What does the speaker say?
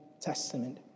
Testament